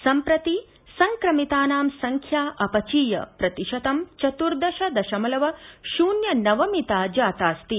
सम्प्रति संक्रमितानां संख्या अपचीय प्रतिशतं चतुर्दश दशमलव शून्य नव मिता जातास्ति